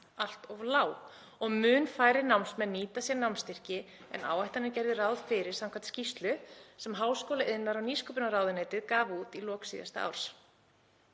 allt of lág og mun færri námsmenn nýta sér námsstyrki en áætlanir gerðu ráð fyrir samkvæmt skýrslu sem háskóla-, iðnaðar- og nýsköpunarráðuneyti gaf út í lok síðasta árs.